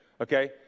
okay